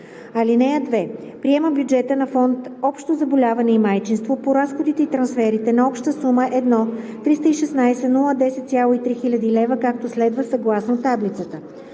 (2) Приема бюджета на фонд „Общо заболяване и майчинство“ по разходите и трансферите на обща сума 1 316 010,3 хил. лв., както следва: съгласно таблицата.